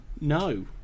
No